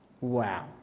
Wow